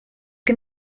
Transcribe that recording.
que